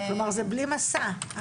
כלומר, זה בלי מסע?